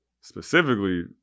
specifically